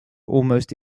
almost